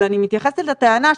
אני מתייחסת לטענה,